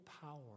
power